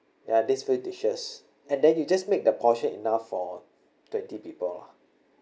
ya these few dishes and then you just make the portion enough for twenty people